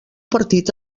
partit